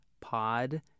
pod